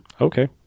okay